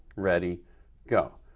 ready go.